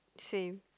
same